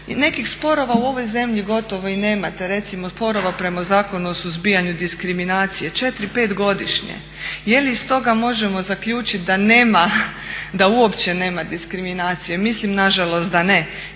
nekih sporova u ovoj zemlji gotovo ni nemate, recimo sporova prema Zakonu o suzbijanju diskriminacije, 4, 5 godišnje. Je li iz toga možemo zaključiti da nema, da uopće nema diskriminacije? Mislim nažalost da ne.